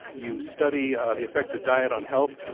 you study the effects of diet on health.